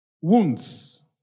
Wounds